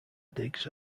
digs